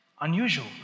Unusual